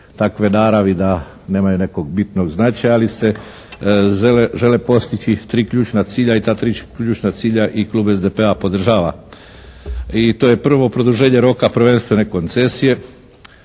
takve naravi da nemaju nekog bitnog značaja ali se žele postići tri ključna cilja i ta tri ključna cilja i klub SDP-a podržava. I to je prvo produženje roka prvenstvene koncesije.